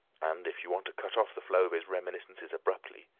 and if you want to cut off the flow of his reminiscences abruptly,